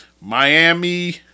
Miami